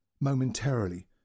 momentarily